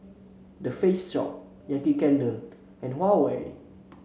The Face Shop Yankee Candle and Huawei